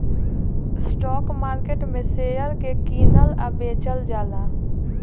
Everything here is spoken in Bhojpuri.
स्टॉक मार्केट में शेयर के कीनल आ बेचल जाला